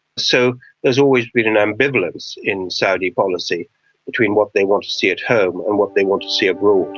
so there has always been an ambivalence in saudi policy between what they want to see at home and what they want to see abroad.